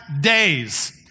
days